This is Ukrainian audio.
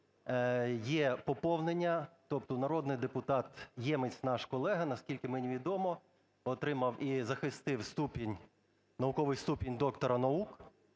є поповнення. Тобто народний депутат Ємець, наш колега, наскільки мені відомо, отримав і захистив ступінь, науковий ступінь доктора наук,